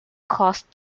cost